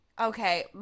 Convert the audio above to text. Okay